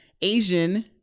Asian